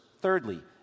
Thirdly